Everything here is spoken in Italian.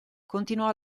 continuò